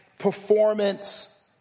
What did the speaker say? performance